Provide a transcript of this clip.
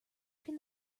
can